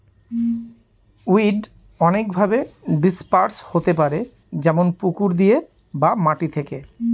weed অনেকভাবে disperse হতে পারে যেমন পুকুর দিয়ে বা মাটি থেকে